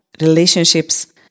relationships